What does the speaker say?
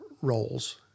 roles